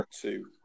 two